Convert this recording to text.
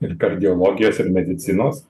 ir kardiologijos ir medicinos